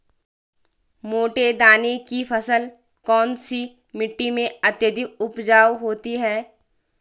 मोटे दाने की फसल कौन सी मिट्टी में अत्यधिक उपजाऊ होती है?